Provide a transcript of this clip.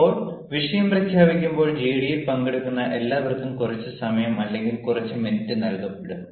ഇപ്പോൾ വിഷയം പ്രഖ്യാപിക്കുമ്പോൾ ജിഡിയിൽ പങ്കെടുക്കുന്ന എല്ലാവർക്കും കുറച്ച് സമയം അല്ലെങ്കിൽ കുറച്ച് മിനിറ്റ് നൽകപ്പെടും